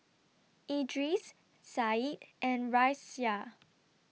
Idris Said and Raisya